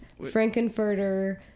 Frankenfurter